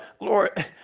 Lord